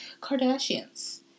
Kardashians